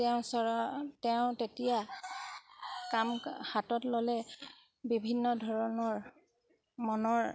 তেওঁ চৰা তেওঁ তেতিয়া কাম হাতত ল'লে বিভিন্ন ধৰণৰ মনৰ